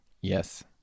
Yes